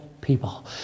people